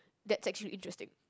that's actually interesting